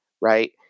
Right